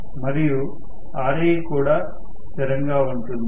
మరియు Ra కూడా స్థిరంగా ఉంటుంది